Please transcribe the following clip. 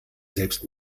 selbst